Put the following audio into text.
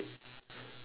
they try to develop